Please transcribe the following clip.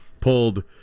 pulled